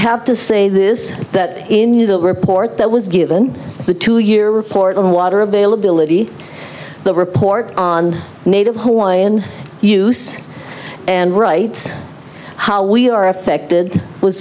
have to say this that in the report that was given the two year report of water availability the report on native hawaiian use and writes how we are affected